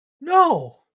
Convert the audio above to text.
No